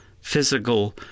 physical